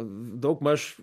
daug maž